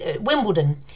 Wimbledon